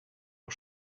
ont